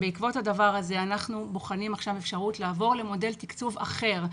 שבעקבות הדבר הזה אנחנו בוחנים עכשיו אפשרות לעבור למודל תקצוב אחר.